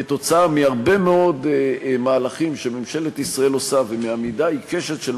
כתוצאה מהרבה מאוד מהלכים שממשלת ישראל עושה ומעמידה עיקשת של